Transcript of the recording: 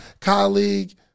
colleague